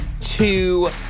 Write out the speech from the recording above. two